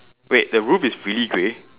wait the roof is really grey